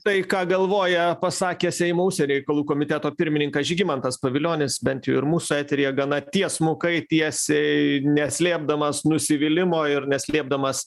tai ką galvoja pasakė seimo užsienio reikalų komiteto pirmininkas žygimantas pavilionis bent jau ir mūsų eteryje gana tiesmukai tiesiai neslėpdamas nusivylimo ir neslėpdamas